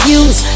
use